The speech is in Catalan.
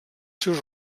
seus